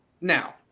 Now